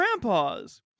grandpa's